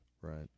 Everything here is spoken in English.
Right